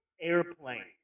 airplane